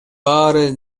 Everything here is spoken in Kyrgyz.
баары